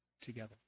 together